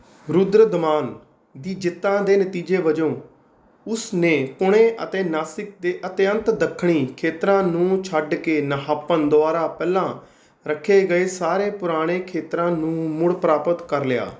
ਰੁਦਰਦਮਾਨ ਦੀ ਜਿੱਤਾਂ ਦੇ ਨਤੀਜੇ ਵਜੋਂ ਉਸ ਨੇ ਪੁਣੇ ਅਤੇ ਨਾਸਿਕ ਦੇ ਅਤਿਅੰਤ ਦੱਖਣੀ ਖੇਤਰਾਂ ਨੂੰ ਛੱਡ ਕੇ ਨਹਾਪਨ ਦੁਆਰਾ ਪਹਿਲਾਂ ਰੱਖੇ ਗਏ ਸਾਰੇ ਪੁਰਾਣੇ ਖੇਤਰਾਂ ਨੂੰ ਮੁੜ ਪ੍ਰਾਪਤ ਕਰ ਲਿਆ